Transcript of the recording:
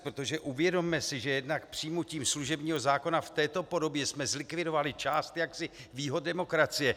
Protože uvědomme si, že jednak přijetím služebního zákona v této podobě jsme zlikvidovali část jaksi výhod demokracie.